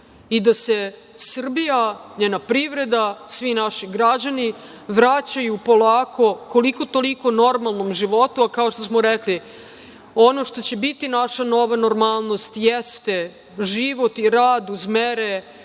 i da se Srbija, njena privreda, svi naši građani vraćaju polako, koliko toliko normalnom životu, a kao što smo rekli, ono što će biti naša nova normalnost jeste život i rad uz mere